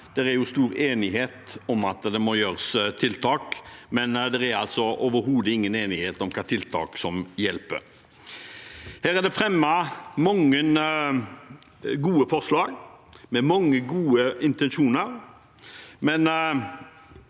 det er stor enighet om at det må gjøres tiltak, men det er overhodet ingen enighet om hvilke tiltak som hjelper. Det er fremmet mange gode forslag, med mange gode intensjoner,